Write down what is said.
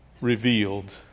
revealed